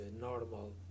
normal